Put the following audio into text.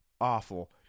awful